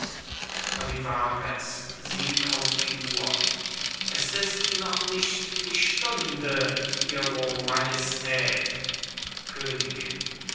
olivarez sieht auf die uhr es ist noch nicht die stunde ihre majestät königin